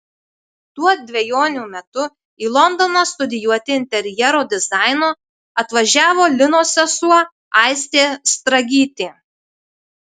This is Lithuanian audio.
tuo dvejonių metu į londoną studijuoti interjero dizaino atvažiavo linos sesuo aistė stragytė